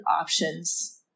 options